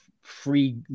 free